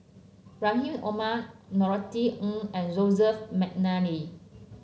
Rahim Omar Norothy Ng and Joseph McNally